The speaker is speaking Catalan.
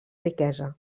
riquesa